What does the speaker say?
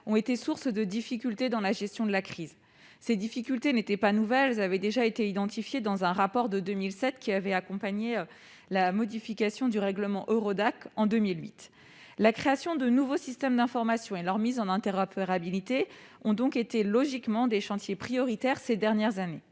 ont été sources de difficultés dans la gestion de la crise. Ces difficultés n'étaient pas nouvelles : elles avaient déjà été identifiées dans un rapport de 2007, qui avait accompagné la modification du règlement Eurodac intervenue en 2008. La création de nouveaux systèmes d'information et leur mise en interopérabilité ont donc été logiquement des chantiers prioritaires ces dernières années.